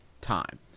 time